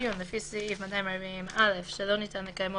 בדיון לפי סעיף 240(א) שלא ניתן לקיימו